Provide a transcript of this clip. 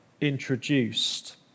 introduced